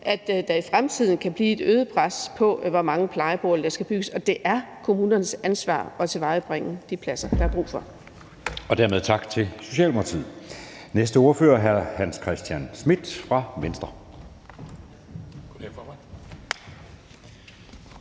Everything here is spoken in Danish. at der i fremtiden kan blive et øget pres, i forhold til hvor mange plejeboliger der skal bygges, og det er kommunernes ansvar at tilvejebringe de pladser, der er brug for. Kl. 15:48 Anden næstformand (Jeppe Søe): Dermed tak til Socialdemokratiet. Den næste ordfører er hr. Hans Christian Schmidt fra Venstre.